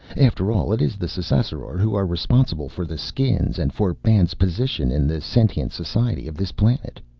after all, it is the ssassaror who are responsible for the skins and for man's position in the sentient society of this planet.